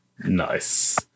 Nice